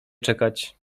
czekać